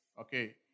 Okay